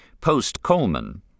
post-Coleman